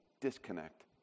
disconnect